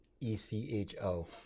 e-c-h-o